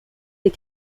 des